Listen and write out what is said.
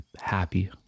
happy